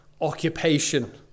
occupation